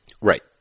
Right